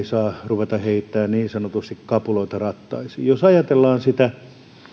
saa ruveta heittämään niin sanotusti kapuloita rattaisiin jos ajatellaan sitä